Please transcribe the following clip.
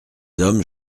hommes